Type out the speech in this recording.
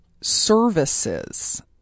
services